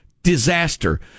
disaster